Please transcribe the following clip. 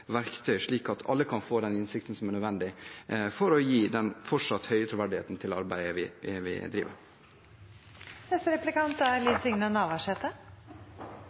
verktøy for at alle kan få den innsikten som er nødvendig for at man fortsatt skal ha den høye troverdigheten til arbeidet vi